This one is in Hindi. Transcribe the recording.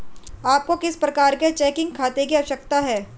आपको किस प्रकार के चेकिंग खाते की आवश्यकता है?